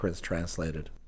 translated